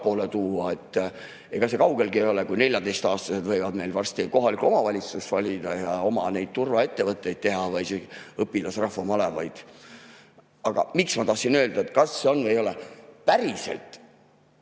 allapoole tuua. Ega seegi kaugel ei ole, kui 14‑aastased võivad meil kohalikke omavalitsusi valida ja oma turvaettevõtteid teha või isegi õpilasrahvamalevaid. Aga miks ma tahtsin öelda, kas see on või ei ole ...? Päriselt,